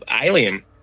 alien